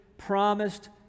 promised